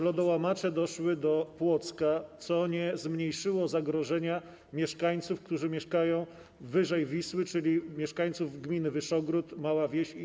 Lodołamacze doszły do Płocka, co nie zmniejszyło zagrożenia mieszkańców, którzy zamieszkują wyżej Wisły, czyli mieszkańców gminy Wyszogród, Mała Wieś i innych.